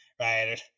right